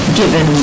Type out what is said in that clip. given